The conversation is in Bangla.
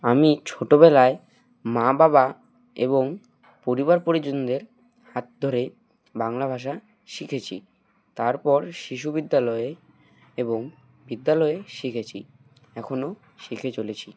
আমি ছোটোবেলায় মা বাবা এবং পরিবার পরিজনদের হাত ধরে বাংলা ভাষা শিখেছি তারপর শিশু বিদ্যালয়ে এবং বিদ্যালয়ে শিখেছি এখনও শিখে চলেছি